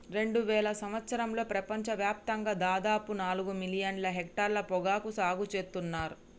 రెండువేల సంవత్సరంలో ప్రపంచ వ్యాప్తంగా దాదాపు నాలుగు మిలియన్ల హెక్టర్ల పొగాకు సాగు సేత్తున్నర్